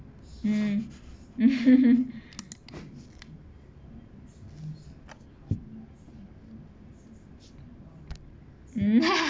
mm mm